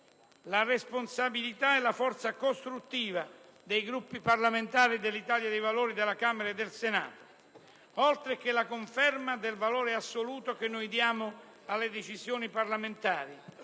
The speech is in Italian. la responsabilità e la forza costruttiva dei Gruppi parlamentari dell'Italia dei Valori della Camera e del Senato, oltre che la conferma del valore assoluto che noi diamo alle decisioni parlamentari,